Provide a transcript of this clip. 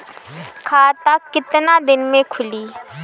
खाता कितना दिन में खुलि?